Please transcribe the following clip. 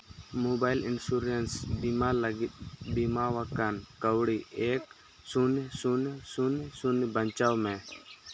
mobile insurance ᱵᱤᱢᱟᱹ ᱞᱟᱹᱜᱤᱫ ᱵᱤᱢᱟᱣᱟᱠᱟᱱ ᱠᱟᱹᱣᱰᱤ ᱮᱹᱠ ᱥᱩᱱᱱᱚ ᱥᱩᱱᱱᱚ ᱥᱩᱱᱱᱚ ᱥᱩᱱᱱᱚ ᱵᱟᱧᱪᱟᱣ ᱢᱮ